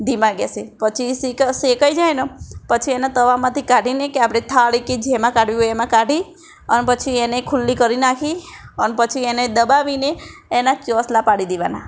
ધીમા ગેસે પછી શેકાઈ જાયને પછી એને તવામાંથી કાઢીને કે આપણે થાળી કે જેમાં કાઢવી હોય એમાં કાઢી અને પછી એને ખુલ્લી કરી નાખી અને પછી એને દબાવીને એનાં ચોસલા પાડી દેવાનાં